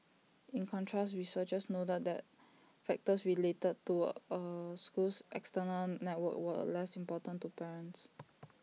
in contrast researchers noted that factors related to A school's external network were less important to parents